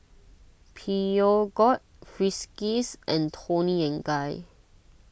Peugeot Friskies and Toni and Guy